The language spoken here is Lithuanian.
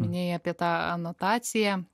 minėjai apie tą anotaciją